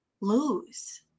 lose